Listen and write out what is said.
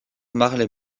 marley